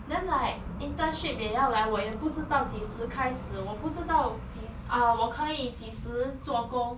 then like internship 也要来我也不知道几时开始我不知道几 uh 我可以几时做工